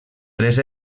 tres